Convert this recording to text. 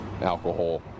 alcohol